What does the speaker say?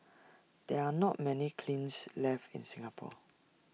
there are not many kilns left in Singapore